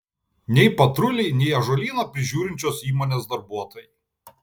nei patruliai nei ąžuolyną prižiūrinčios įmonės darbuotojai